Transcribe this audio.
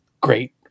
great